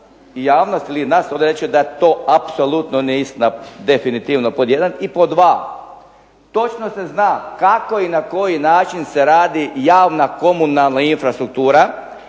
javnosti reći da to apsolutno nije istina, definitivno pod jedan. I pod 2 točno se zna kako i na koji način se radi javna komunalna infrastruktura